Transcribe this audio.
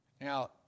Now